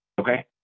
Okay